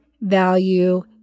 value